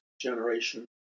generation